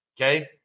Okay